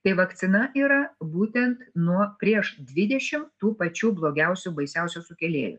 tai vakcina yra būtent nuo prieš dvidešimt tų pačių blogiausių baisiausių sukėlėjų